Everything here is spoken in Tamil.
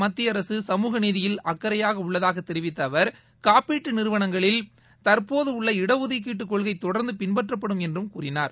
மத்திய அரசு சமூக நீதியில் அக்கறையாக உள்ளதாக தெரிவித்த அவர் காப்பீட்டு நிறுவனங்களில் தற்போதுள்ள இடஒதுக்கீட்டுக் கொள்கை தொடர்ந்து பின்பற்றப்படும் என்றும் கூறினார்